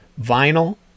Vinyl